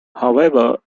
however